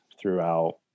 throughout